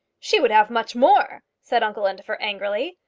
she would have much more, said uncle indefer angrily.